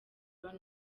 brown